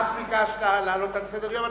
את ביקשת להעלות על סדר-היום.